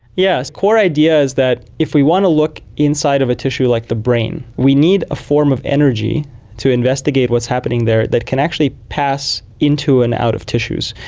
yes, the core idea is that if we want to look inside of a tissue like the brain, we need a form of energy to investigate what's happening there that can actually pass into and out of tissues.